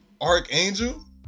Archangel